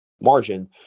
margin